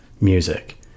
music